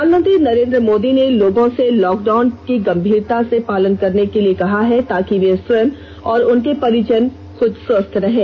प्रधानमंत्री नरेन्द्र मोदी ने लोगों से लॉकडाउन का गंभीरता से पालन करने के लिए कहा ताकि वे स्वयं और उनके परिजन स्वस्थ रहें